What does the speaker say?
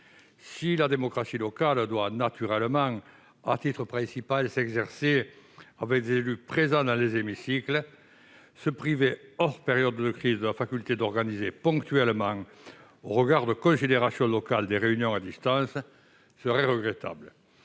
Si la démocratie locale doit naturellement, à titre principal, s'exercer avec des élus présents dans les hémicycles, il serait regrettable de se priver, hors période de crise, de la faculté d'organiser ponctuellement, au regard de considérations locales, des réunions à distance. Ainsi le